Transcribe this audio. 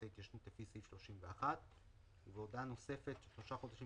ההתקשרות לפי סעיף 31 ובהודעה נוספת של שלושה חודשים